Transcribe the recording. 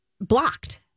blocked